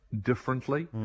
differently